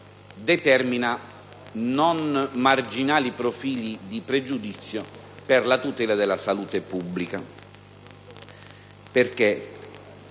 determina non marginali profili di pregiudizio per la tutela della salute pubblica.